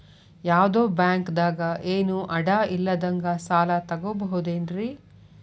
ಯಾವ್ದೋ ಬ್ಯಾಂಕ್ ದಾಗ ಏನು ಅಡ ಇಲ್ಲದಂಗ ಸಾಲ ತಗೋಬಹುದೇನ್ರಿ?